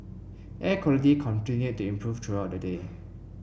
air quality continued to improve throughout the day